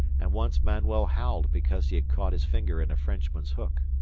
and once manuel howled because he had caught his finger in a frenchman's hook.